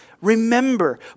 remember